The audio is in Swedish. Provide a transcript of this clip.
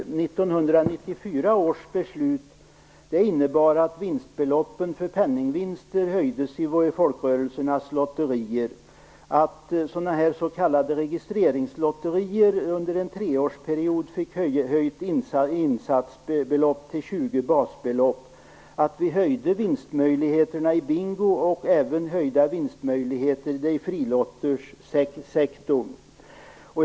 1994 års beslut innebar att vinstbeloppen för penningvinster höjdes i folkrörelsernas lotterier, att s.k. registreringslotterier under en treårsperiod fick höjt insatsbelopp till 20 basbelopp och att även vinstmöjligheterna i bingo och frilotterssektorn höjdes.